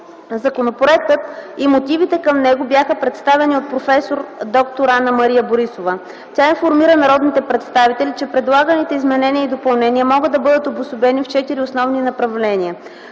Законопроектът и мотивите към него бяха представени от проф. д-р Анна-Мария Борисова. Тя информира народните представители, че предлаганите изменения и допълнения могат да бъдат обособени в четири основни направления: